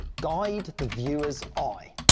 guide the viewer's eye.